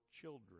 children